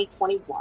2021